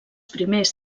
primers